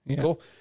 Cool